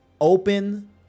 open